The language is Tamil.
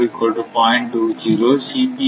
அது 0